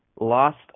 lost